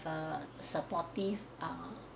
the supportive uh